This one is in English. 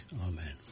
amen